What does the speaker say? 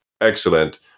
excellent